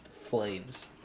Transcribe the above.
flames